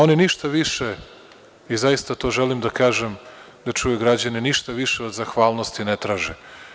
Oni ništa više, zaista želim to da kažem da čuju građani, ništa više od zahvalnosti ne traže.